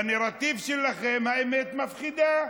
בנרטיב שלכם האמת מפחידה.